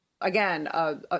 Again